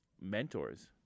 mentors